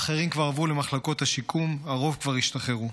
אחרים כבר עברו למחלקות השיקום, הרוב כבר השתחררו.